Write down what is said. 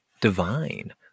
divine